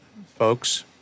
Folks